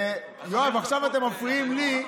יואב, עכשיו אתם מפריעים לי.